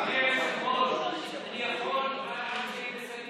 יכולה לקבוע שיום השבת הוא לא שבת,